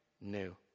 new